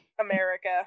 America